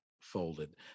folded